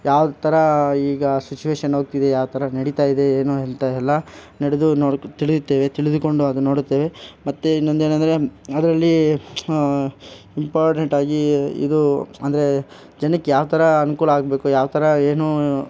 ಯಾವ ಥರ ಈಗ ಸಿಚುವೇಶನ್ ಹೋಗ್ತಿದೆ ಯಾವ ಥರ ನಡೀತಾ ಇದೆ ಏನು ಎಂಥ ಎಲ್ಲ ನಡೆದು ನೋಡಿ ತಿಳಿಯುತ್ತೇವೆ ತಿಳಿದುಕೊಂಡು ಅದು ನೋಡುತ್ತೇವೆ ಮತ್ತು ಇನ್ನೊಂದು ಏನಂದರೆ ಅದರಲ್ಲಿ ಇಂಪಾರ್ಟೆಂಟಾಗಿ ಇದು ಅಂದರೆ ಜನಕ್ಕೆ ಯಾವ ಥರ ಅನುಕೂಲ ಆಗಬೇಕು ಯಾವ ಥರ ಏನು